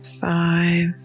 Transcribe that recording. five